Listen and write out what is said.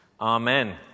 Amen